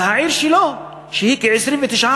ולעיר שלו, שיש בה כ-29,000